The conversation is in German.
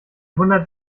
wundert